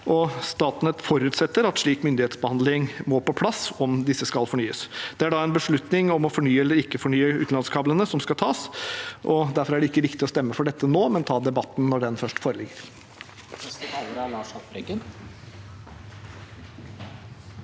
Statnett forutsetter at slik myndighetsbehandling må på plass om disse skal fornyes. Det er da en beslutning om å fornye eller ikke fornye utenlandskablene som skal tas. Derfor er det ikke riktig å stemme for dette nå, men ta debatten når den først foreligger.